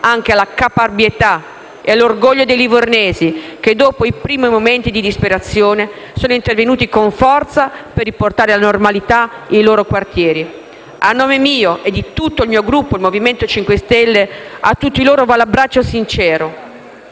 anche alla caparbietà e all'orgoglio dei livornesi che, dopo i primi momenti di disperazione, sono intervenuti con forza per riportare alla normalità i loro quartieri. A nome mio e di tutto il Gruppo Movimento 5 Stelle a tutti loro va un abbraccio sincero.